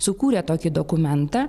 sukūrė tokį dokumentą